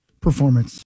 Performance